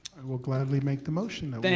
i will gladly make the motion that